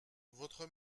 votre